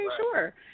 sure